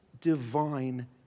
divine